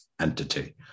entity